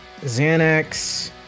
Xanax